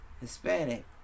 Hispanic